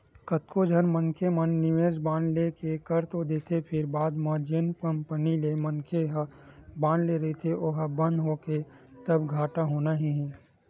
कतको झन मनखे मन निवेस बांड लेके कर तो देथे फेर बाद म जेन कंपनी ले मनखे ह बांड ले रहिथे ओहा बंद होगे तब घाटा होना ही हे